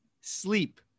Sleep